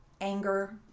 anger